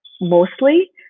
mostly